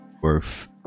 worth